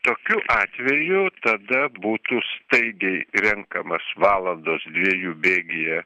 tokiu atveju tada būtų staigiai renkamas valandos dviejų bėgyje